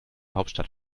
hauptstadt